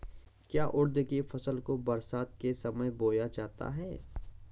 क्या उड़द की फसल को बरसात के समय बोया जाता है?